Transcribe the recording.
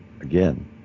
Again